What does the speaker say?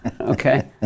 okay